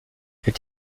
est